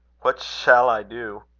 what shall i do!